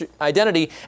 identity